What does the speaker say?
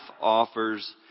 offers